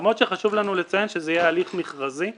למרות שחשוב לנו לציין שזה יהיה הליך מכרזי פתוח.